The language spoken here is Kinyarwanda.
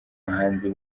bahanzi